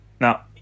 Now